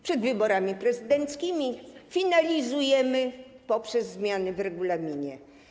Przed wyborami prezydenckimi finalizujemy poprzez zmiany w regulaminie.